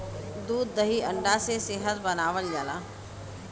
दूध दही अंडा से सेहत बनावल जाला